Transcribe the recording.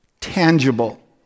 tangible